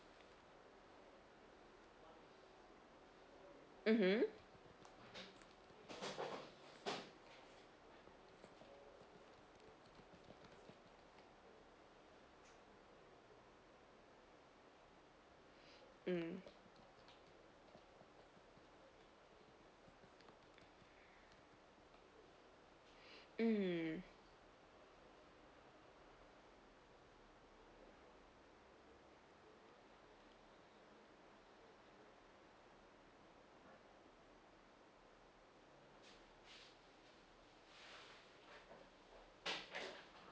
mmhmm mm mm